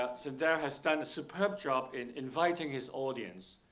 ah sandel has done a superb job in inviting his audience,